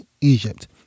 Egypt